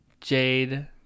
Jade